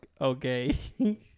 okay